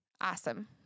Awesome